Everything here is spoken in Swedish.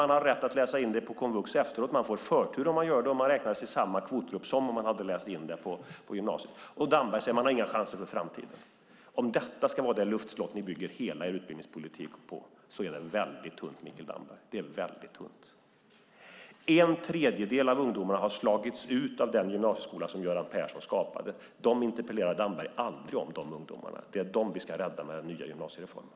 Man har rätt att läsa in den på komvux efteråt. Man får förtur om man gör det och man räknas i samma kvotgrupp som om man hade läst in den på gymnasiet. Men Damberg säger att man inte har några chanser för framtiden. Om detta ska vara det luftslott ni bygger hela er utbildningspolitik på är det väldigt tunt, Mikael Damberg. Det är väldigt tunt. En tredjedel av ungdomarna har slagits ut av den gymnasieskola som Göran Persson skapade. De ungdomarna interpellerar Damberg aldrig om. Det är dem vi ska rädda med den nya gymnasiereformen.